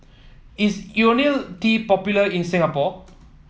is IoniL T popular in Singapore